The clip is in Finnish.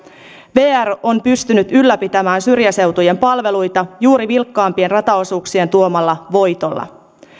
vr on pystynyt ylläpitämään syrjäseutujen palveluita juuri vilkkaampien rataosuuksien tuomalla voitolla